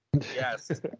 Yes